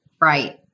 right